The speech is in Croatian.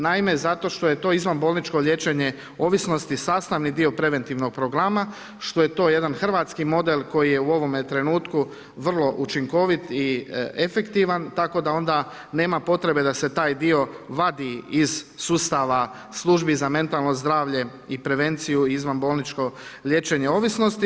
Naime, zato što je to izvanbolničko liječenje ovisnosti sastavni dio preventivnog programa, što je to jedan hrvatski model koji je u ovome trenutku vrlo učinkovit i efektivan tako da onda nema potrebe da se taj dio vadi iz sustava službi za mentalno zdravlje i prevenciju izvanbolničko liječenje ovisnosti.